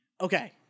okay